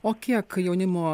o kiek jaunimo